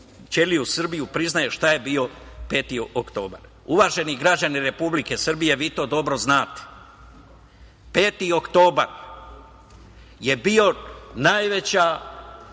ćeliju Srbiju priznaje šta je bio 5. oktobar. Uvaženi građani Republike Srbije vi to dobro znate. Peti oktobar je bio najgori